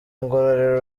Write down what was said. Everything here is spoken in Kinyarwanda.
ngororero